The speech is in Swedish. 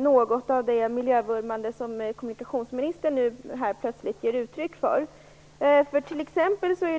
något av det miljövurmande som kommunikationsministern plötsligt ger uttryck för här.